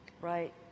Right